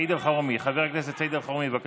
סעיד אלחרומי, חבר הכנסת סעיד אלחרומי, בבקשה.